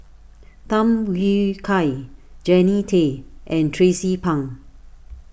Tham Yui Kai Jannie Tay and Tracie Pang